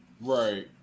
right